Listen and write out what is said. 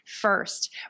first